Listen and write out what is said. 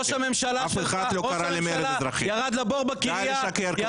ראש הממשלה ירד לבור בקריה -- די לשקר כבר.